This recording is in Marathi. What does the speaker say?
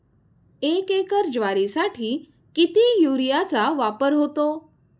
एक एकर ज्वारीसाठी किती युरियाचा वापर होतो?